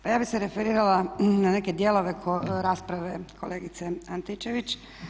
Pa ja bih se referirala na neke dijelove rasprave kolegice Antičević.